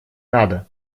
надо